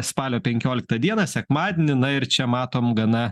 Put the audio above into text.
spalio penkioliktą dieną sekmadienį na ir čia matom gana